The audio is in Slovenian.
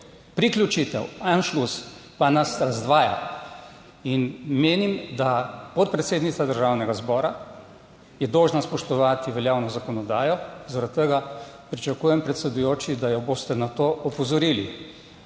Priključitev Anschluss pa nas razdvaja. In menim, da podpredsednica Državnega zbora je dolžna spoštovati veljavno zakonodajo, zaradi tega pričakujem, predsedujoči, da jo boste na to opozorili.